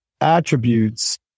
attributes